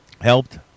helped